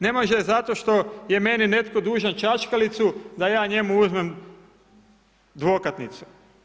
Ne može zato što je meni netko dužan čačkalicu da ja njemu uzmem dvokatnicu.